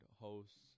hosts